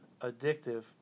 addictive